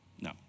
No